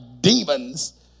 demons